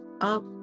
up